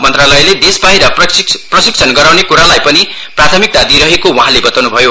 मन्त्रालयले देश बाहिर प्रशिक्षण गराउने कुरालाई पनि प्रथामिकता दिइरहेको वहाँले बताउन्भयो